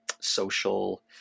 social